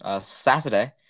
Saturday